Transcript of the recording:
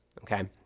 okay